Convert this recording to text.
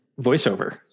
voiceover